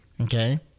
okay